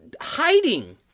hiding